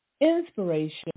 inspiration